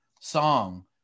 song